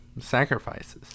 sacrifices